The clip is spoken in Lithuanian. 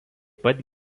pat